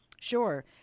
Sure